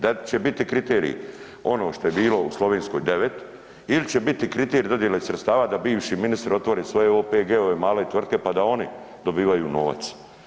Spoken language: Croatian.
Da li će biti kriterij ono što je bilo u Slovenskoj 9 ili će biti kriterij da dodjele sredstava da bivši ministri otvore svoje OPG-ove male tvrtke pa da oni dobivaju novac.